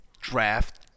draft